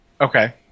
Okay